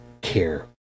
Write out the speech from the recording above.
care